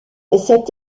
cet